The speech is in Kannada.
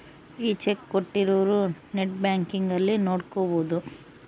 ಈ ಚೆಕ್ ಕೋಟ್ಟಿರೊರು ನೆಟ್ ಬ್ಯಾಂಕಿಂಗ್ ಅಲ್ಲಿ ನೋಡ್ಕೊಬೊದು